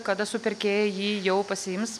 kada supirkėjai jį jau pasiims